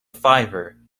fiver